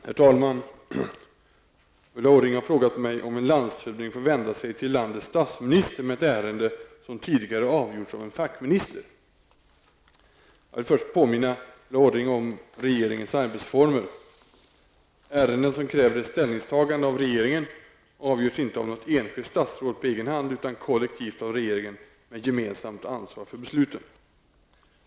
Herr talman! Ulla Orring har frågat mig om en landshövding får vända sig till landets statsminister med ett ärende som tidigare avgjorts av en fackminister. Jag vill först påminna Ulla Orring om regeringens arbetsformer. Ärenden som kräver ett ställningstagande av regeringen avgörs inte av något enskilt statsråd på egen hand utan kollektivt av regeringen med gemensamt ansvar för beslutet.